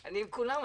אני עם כולם.